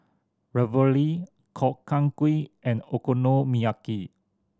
Ravioli Gobchang Gui and Okonomiyaki